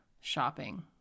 shopping